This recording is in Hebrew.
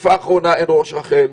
בתקופה האחרונה אין ראש רח"ל.